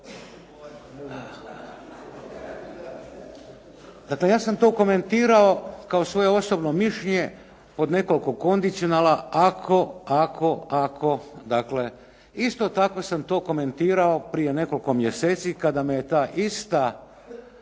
Dakle, ja sam to komentirao kao svoje osobno mišljenje od nekoliko kondicionala, ako, ako, dakle isto tako sam to komentirao prije nekoliko mjeseci kada me je ta ista